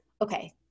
okay